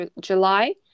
July